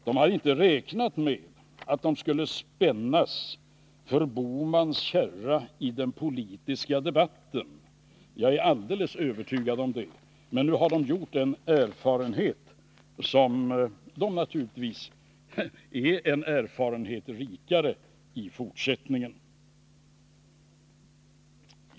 De hade inte räknat med att de skulle spännas för Gösta Bohmans kärra i den politiska debatten; det är jag alldeles övertygad om. Men nu har de gjort den erfarenheten, och de är naturligtvis en erfarenhet rikare i fortsättningen.